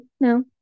no